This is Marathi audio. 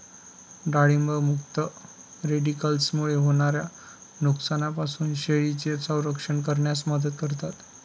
डाळिंब मुक्त रॅडिकल्समुळे होणाऱ्या नुकसानापासून पेशींचे संरक्षण करण्यास मदत करतात